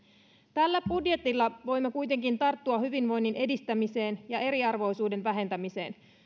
tällä budjetilla voimme kuitenkin tarttua hyvinvoinnin edistämiseen ja eriarvoisuuden vähentämiseen